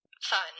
Fun